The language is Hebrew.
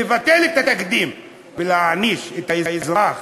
לבטל את התקדים ולהעניש את האזרח